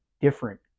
different